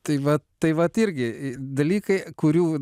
tai va tai vat irgi dalykai kurių